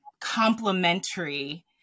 complementary